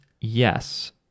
yes